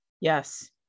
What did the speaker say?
Yes